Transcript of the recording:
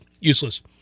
useless